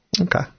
Okay